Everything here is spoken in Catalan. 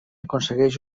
aconsegueix